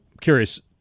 curious